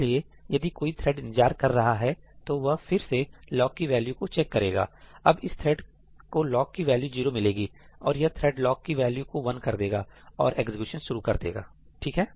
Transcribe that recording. इसलिए यदि कोई थ्रेड इंतजार कर रहा है तो वह फिर से लॉक की वैल्यू को चेक करेगा अब इस थ्रेड को लॉक की वैल्यू जीरो मिलेगी और यह थ्रेड लॉक की वैल्यू को वन कर देगा और एक्सक्यूशन शुरू कर देगा ठीक है